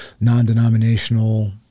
non-denominational